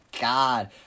god